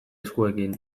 eskuekin